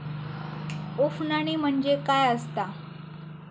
उफणणी म्हणजे काय असतां?